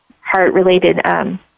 heart-related